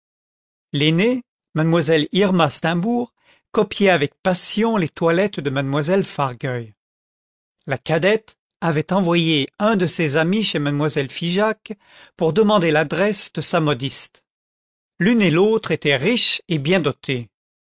l'aînée mademoiselle irma steimbourg copiait avec passion les toilettes de mademoiselle fargueil la cadette avait envoyé un de ses amis chez mademoiselle figeac pour demander l'adresse de sa modiste l'une et l'autre étaientriches et bien dotées